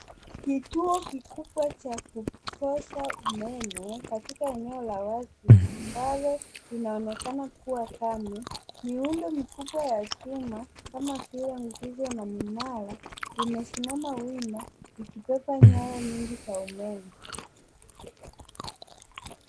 Kituo kikubwa cha kupoza umeme katika eneo la wazi ambalo linaonekana kuwa kame. Miundo mikubwa ya chuma kama vile nguzo na minara limesimama wima ikipata nyaya nyingi za umeme.